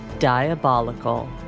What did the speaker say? diabolical